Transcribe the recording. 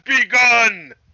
begun